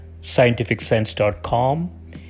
scientificsense.com